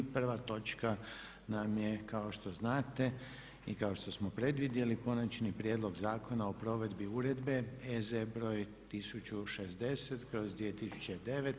I prva točka nam je kao što znate i kao što smo predvidjeli - Konačni prijedlog zakona o provedbi Uredbe (EZ) br. 1060/2009.